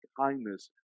kindness